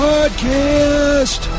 Podcast